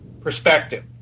perspective